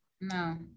no